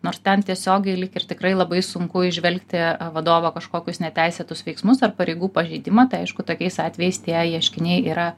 nors ten tiesiogiai lyg ir tikrai labai sunku įžvelgti vadovo kažkokius neteisėtus veiksmus ar pareigų pažeidimą tai aišku tokiais atvejais tie ieškiniai yra